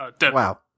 wow